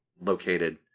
located